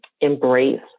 EMBRACE